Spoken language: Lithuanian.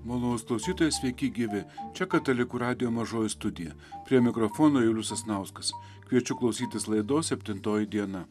malonūs klausytojai sveiki gyvi čia katalikų radijo mažoji studija prie mikrofono julius sasnauskas kviečiu klausytis laidos septintoji diena